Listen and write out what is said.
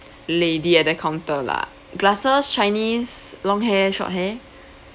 lady at the counter lah glasses chinese long hair short hair